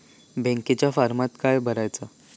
बँकेच्या फारमात काय भरायचा?